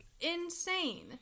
Insane